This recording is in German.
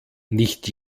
nicht